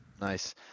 Nice